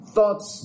Thoughts